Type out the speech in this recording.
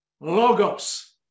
Logos